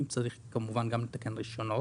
אם צריך גם כמובן לתקן רישיונות.